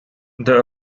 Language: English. there